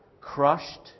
crushed